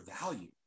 value